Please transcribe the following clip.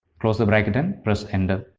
close the bracket and press enter.